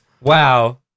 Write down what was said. wow